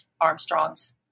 Armstrong's